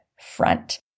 front